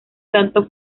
tanto